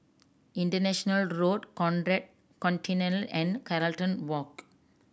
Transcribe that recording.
International Road Conrad Centennial and Carlton Walk